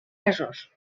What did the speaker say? gasós